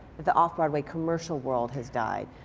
the off broadway commercial world has died.